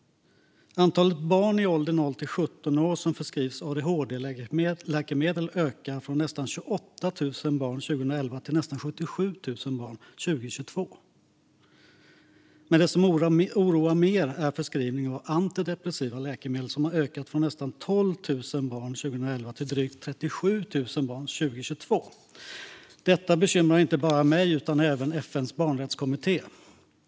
Antalet barn i åldern 0-17 år som förskrivs adhd-läkemedel ökade från nästan 28 000 barn 2011 till nästan 77 000 barn 2022. Men det som oroar mer är att förskrivningen av antidepressiva läkemedel till barn har ökat från nästan 12 000 barn 2011 till drygt 37 000 barn 2022. Detta bekymrar inte bara mig utan även FN:s barnrättskommitté.